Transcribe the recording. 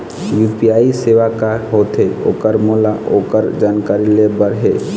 UPI सेवा का होथे ओकर मोला ओकर जानकारी ले बर हे?